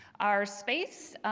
our space,